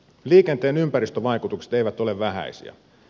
liikenteen ympäristövaikutukset eivät ole vähäisiä